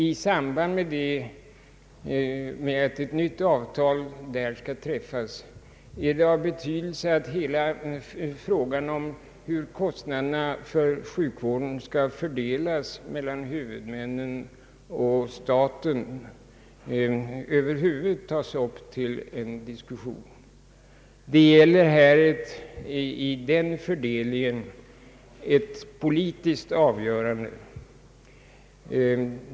I samband med att ett nytt avtal skall träffas är det av betydelse att hela frågan om hur kostnaderna för sjukvården skall fördelas mellan huvudmännen och staten tas upp till diskussion. Den fördelningen är ett politiskt avgörande.